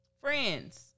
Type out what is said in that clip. Friends